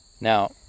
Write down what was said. Now